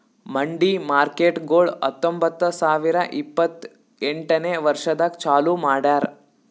ಮಂಡಿ ಮಾರ್ಕೇಟ್ಗೊಳ್ ಹತೊಂಬತ್ತ ಸಾವಿರ ಇಪ್ಪತ್ತು ಎಂಟನೇ ವರ್ಷದಾಗ್ ಚಾಲೂ ಮಾಡ್ಯಾರ್